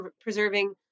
preserving